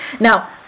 Now